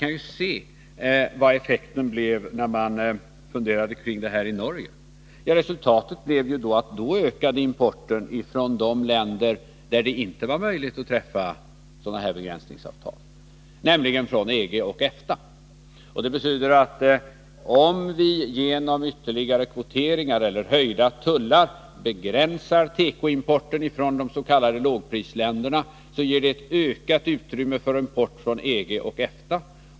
Vi kan se vad effekten blev av sådana funderingar i Norge. Resultatet blev att importen ökade från de länder som det inte var möjligt att träffa begränsningsavtal med, nämligen EG och EFTA-länderna. Det betyder att om vi genom ytterligare kvoteringar eller höjda tullar begränsar tekoimporten från de s.k. lågprisländerna blir det ett ökat utrymme för import från EG och EFTA.